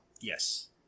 Yes